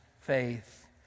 faith